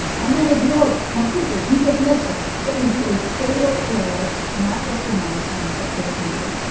and then ignored it completely. he dismissed it. it would be a fatal error not just for madison, but for the country.